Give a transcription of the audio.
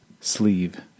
sleeve